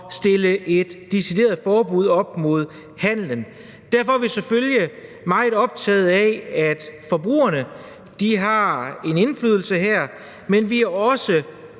stille et decideret forbud op mod handelen. Derfor er vi selvfølgelig meget optaget af, at forbrugerne har en indflydelse her, men vi er også